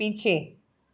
पीछे